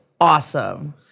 awesome